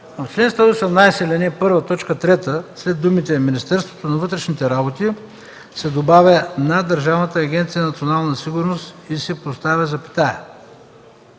ал. 1, т. 3 след думите „Министерството на вътрешните работи“ се добавя „на Държавна агенция „Национална сигурност“ и се поставя запетая.